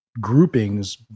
groupings